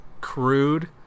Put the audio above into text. Crude